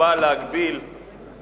בין המפלגה שהוא מתעתד להתמודד בה או